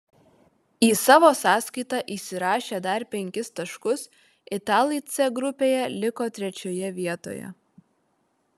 į savo sąskaitą įsirašę dar penkis taškus italai c grupėje liko trečioje vietoje